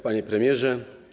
Panie Premierze!